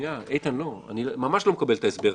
איתן, לא, אני ממש לא מקבל את ההסבר.